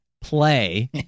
play